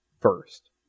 first